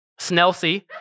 Snelsey